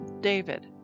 David